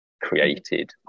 created